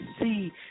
see